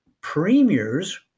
premiers